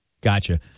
Gotcha